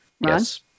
Yes